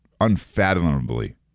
unfathomably